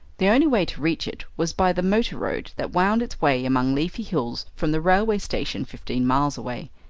the only way to reach it was by the motor road that wound its way among leafy hills from the railway station fifteen miles away.